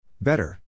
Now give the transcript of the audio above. Better